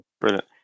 brilliant